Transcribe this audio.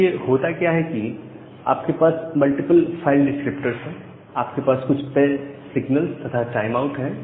देखिए होता क्या है कि आपके पास मल्टीपल फाइल डिस्क्रिप्टर्स हैं आपके पास कुछ तय सिगनल्स तथा टाइम आउट है